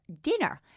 dinner